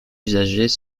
usagers